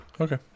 Okay